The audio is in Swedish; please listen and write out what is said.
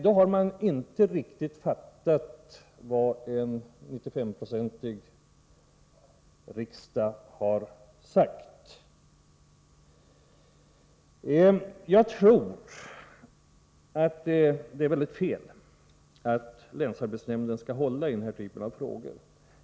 Då har man inte riktigt fattat vad en 95-procentig riksdag sagt! Jag tror att det är fel att länsarbetsnämnden håller i den typen av frågor.